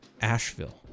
Asheville